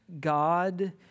God